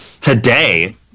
today